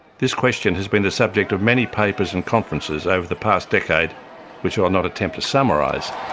this question has been the subject of many papers and conferences over the past decade which i'll not attempt to summarise.